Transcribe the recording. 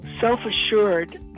self-assured